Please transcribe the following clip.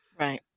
Right